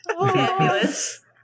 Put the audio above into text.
Fabulous